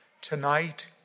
Tonight